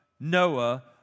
Noah